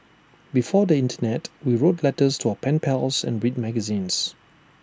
before the Internet we wrote letters to our pen pals and read magazines